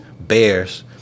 bears